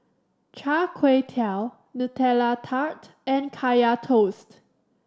Char Kway Teow Nutella Tart and Kaya Toast